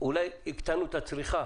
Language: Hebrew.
אולי הקטנו את הצריכה